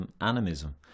animism